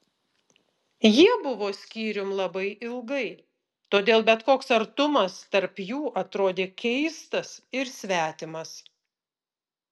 jie buvo skyrium labai ilgai todėl bet koks artumas tarp jų atrodė keistas ir svetimas